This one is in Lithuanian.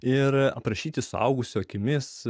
ir aprašyti suaugusio akimis